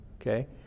okay